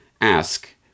ask